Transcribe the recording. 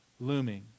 looming